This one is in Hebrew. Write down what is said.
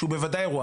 שהוא בוודאי אירוע,